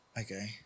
okay